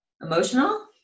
Emotional